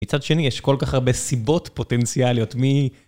מצד שני, יש כל כך הרבה סיבות פוטנציאליות, מי...